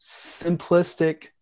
simplistic